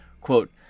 Quote